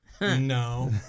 No